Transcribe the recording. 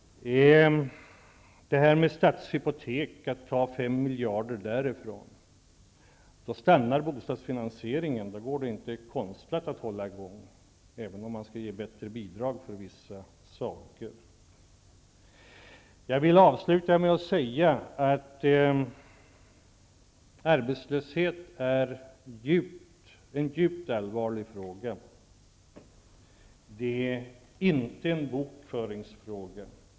Men att ta 5 miljarder från Statshypoteket innebär att bostadsfinansieringen stannar. Det går inte att konstlat hålla i gång, även om man skall ge bättre bidrag för vissa saker. Jag vill avsluta med att säga att arbetslöshet är en djupt allvarlig fråga. Det är inte en bokföringsfråga.